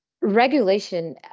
regulation